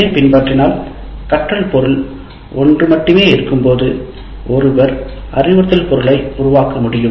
இதைப் பின்பற்றினால் கற்றல் பொருள் ஒன்று மட்டுமே இருக்கும்போது ஒருவர் அறிவுறுத்தும் பொருளை உருவாக்க முடியும்